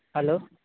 hello